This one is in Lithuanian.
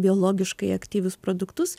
biologiškai aktyvius produktus